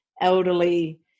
elderly